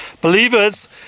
Believers